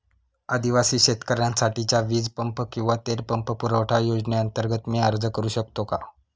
आदिवासी शेतकऱ्यांसाठीच्या वीज पंप किंवा तेल पंप पुरवठा योजनेअंतर्गत मी अर्ज करू शकतो का?